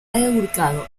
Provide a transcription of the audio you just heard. ubicado